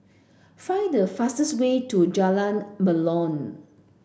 find the fastest way to Jalan Melor